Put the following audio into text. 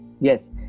yes